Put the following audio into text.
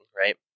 right